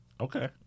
Okay